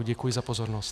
Děkuji za pozornost.